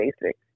basic